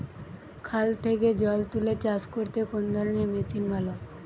খাল থেকে জল তুলে চাষ করতে কোন ধরনের মেশিন ভালো?